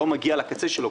או לא מגיע לקצה שלו,